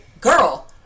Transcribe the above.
girl